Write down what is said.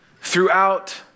throughout